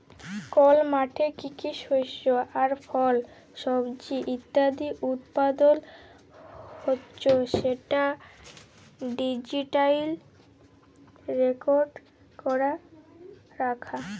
call মাঠে কি কি শস্য আর ফল, সবজি ইত্যাদি উৎপাদল হচ্যে সেটা ডিজিটালি রেকর্ড ক্যরা রাখা